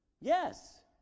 Yes